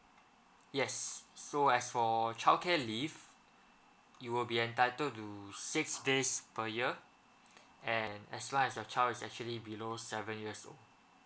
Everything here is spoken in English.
yes so as for childcare leave you'll be entitled to six days per year and as long as your child is actually below seven years old